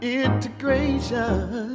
integration